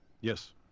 Yes